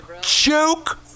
Joke